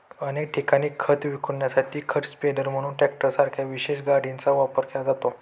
अनेक ठिकाणी खत विखुरण्यासाठी खत स्प्रेडर म्हणून ट्रॅक्टरसारख्या विशेष गाडीचा वापर केला जातो